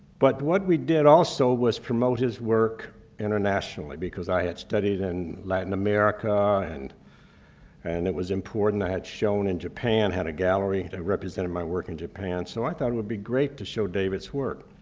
but what we did, also, was promote his work internationally, because i had studied in latin america, and and it was important. i had shown in japan, had a gallery that represented my work in japan. so i thought it would be great to show david's work.